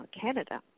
Canada